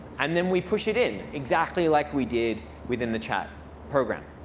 and then we push it in exactly like we did within the chat program.